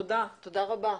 תודה רבה.